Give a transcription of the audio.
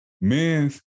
men's